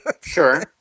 Sure